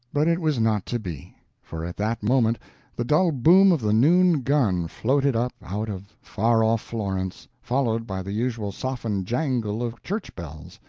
but it was not to be for at that moment the dull boom of the noon gun floated up out of far-off florence, followed by the usual softened jangle of church-bells,